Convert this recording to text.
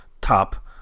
top